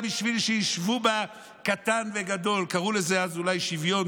בשביל שהושוו בה קטן וגדול" קראו לזה אז אולי שוויון,